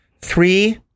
Three